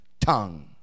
tongue